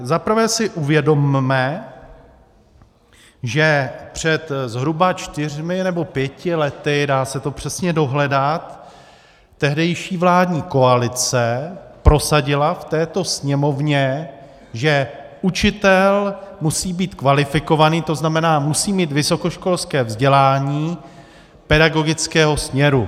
Zaprvé si uvědomme, že před zhruba čtyřmi nebo pěti lety, dá se to přesně dohledat, tehdejší vládní koalice prosadila v této Sněmovně, že učitel musí být kvalifikovaný, to znamená musí mít vysokoškolské vzdělání pedagogického směru.